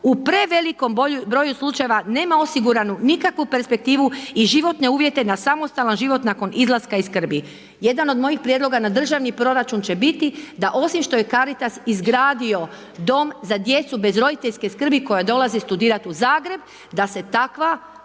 u prevelikom broju slučajeva, nema osiguranu nikakvu perspektivu i životne uvjete na samostalan život nakon izlaska iz skrbi. Jedan od mojih prijedloga na državni proračun će biti da osim što je Caritas izgradio dom za djecu bez roditeljske skrbi koja dolaze studirati u Zagreb, da se takva ustanova